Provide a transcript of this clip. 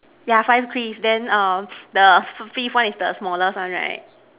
yeah five crease then err the fifth one is the smallest one right